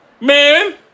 Man